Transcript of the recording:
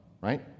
right